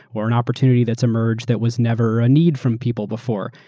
or an opportunity that's emerged that was never a need from people before.